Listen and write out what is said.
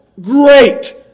great